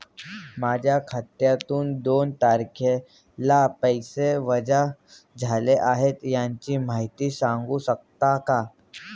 माझ्या खात्यातून दोन तारखेला पैसे वजा झाले आहेत त्याची माहिती सांगू शकता का?